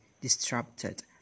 disrupted